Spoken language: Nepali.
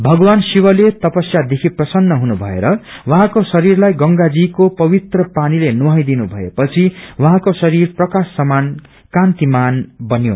भगवान शिवले तपस्यादेखि प्रसन्न दुनुभएर उर्जेको शरीरलाई गंगजीको पवित्र पानीले नुहाई दिनुभए पछि उर्जेको शरीर प्रकाश समान काम्मान बन्यो